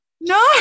No